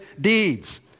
deeds